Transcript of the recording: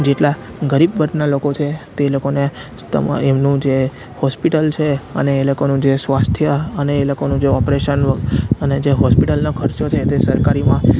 જેટલા ગરીબ વર્ગનાં લોકો છે તે લોકોને તમા એમનું જે હોસ્પિટલ છે અને એ લોકોનું જે સ્વાસ્થ્ય અને એ લોકોનું જે ઓપરેશન અને જે હોસ્પિટલનો ખર્ચો છે તે સરકારી માં